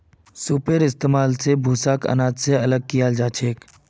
सूपेर इस्तेमाल स भूसाक आनाज स अलग कियाल जाछेक